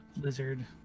lizard